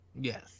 yes